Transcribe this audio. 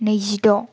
नैजिद'